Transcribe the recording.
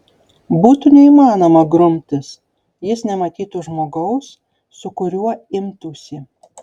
būtų neįmanoma grumtis jis nematytų žmogaus su kuriuo imtųsi